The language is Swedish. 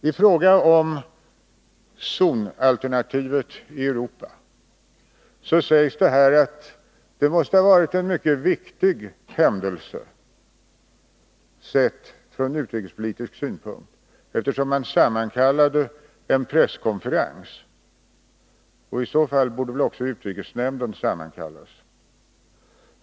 I fråga om zonalternativet i Europa sägs det här att det måste ha varit en mycket viktig händelse sett ur utrikespolitisk synpunkt, eftersom man sammankallade en presskonferens. I så fall borde väl också utrikesnämnden ha sammankallats.